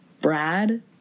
Brad